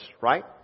right